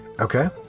Okay